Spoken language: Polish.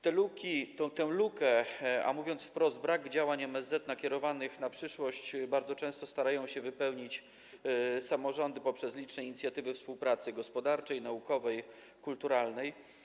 Tę lukę, a mówiąc wprost, brak działań MSZ nakierowanych na przyszłość, bardzo często starają się wypełnić samorządy poprzez liczne inicjatywy współpracy gospodarczej, naukowej i kulturalnej.